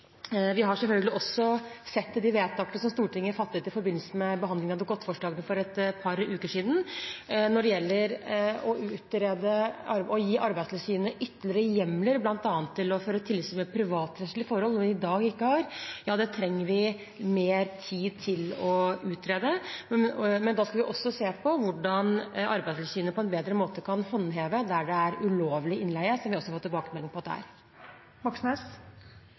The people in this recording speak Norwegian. Vi har selvfølgelig også sett til de vedtakene som Stortinget fattet i forbindelse med behandlingen av Dokument 8-forslagene for et par uker siden når det gjelder å utrede å gi Arbeidstilsynet ytterligere hjemler bl.a. til å føre tilsyn med privatrettslige forhold, noe de i dag ikke har. Det trenger vi mer tid til å utrede, men da skal vi også se på hvordan Arbeidstilsynet på en bedre måte kan håndheve bestemmelsene der det er ulovlig innleie, som vi også har fått tilbakemelding